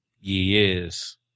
Yes